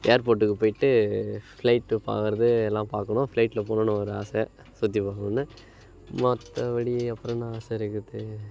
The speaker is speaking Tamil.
ஏர்போர்ட்டுக்கு போயிட்டு ஃப்ளைட்டு பார்க்கறது எல்லாம் பார்க்கணும் ஃப்ளைட்டில் போகணுன்னு ஒரு ஆசை சுற்றி பார்க்கணுன்னு மற்றபடி அப்புறம் என்ன ஆசை இருக்குது